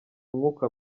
umwuka